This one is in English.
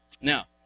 Now